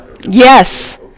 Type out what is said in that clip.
Yes